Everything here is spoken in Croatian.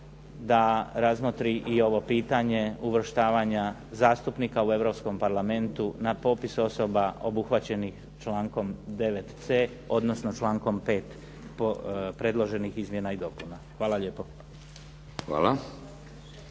da razmotri i ovo pitanje uvrštavanja zastupnika u Europskom parlamentu na popis osoba obuhvaćenih člankom 9.c, odnosno člankom 5. predloženih izmjena i dopuna. Hvala lijepo.